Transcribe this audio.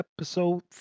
episode